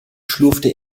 schlurfte